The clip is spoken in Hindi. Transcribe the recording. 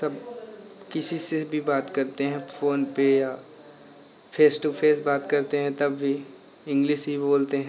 सब किसी से भी बात करते हैं फोन पर या फेस टू फेस बात करते हैं तब भी इंग्लिश ही बोलते हैं